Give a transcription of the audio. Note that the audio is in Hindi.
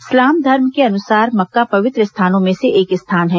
इस्लाम धर्म के अनुसार मक्का पवित्र स्थानों में से एक स्थान है